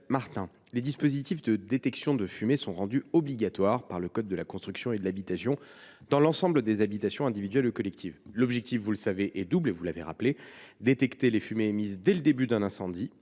Martin, les dispositifs de détection de fumée sont rendus obligatoires par le code de la construction et de l’habitation dans l’ensemble des habitations individuelles ou collectives. L’objectif est double : détecter les fumées émises dès le début d’un incendie